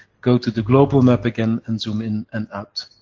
go to the global map again, and zoom in and out.